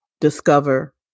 discover